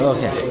Okay